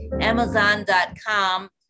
amazon.com